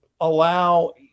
allow